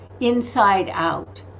inside-out